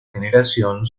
generación